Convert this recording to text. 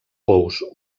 pous